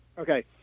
Okay